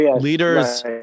leaders